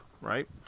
right